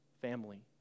family